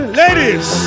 ladies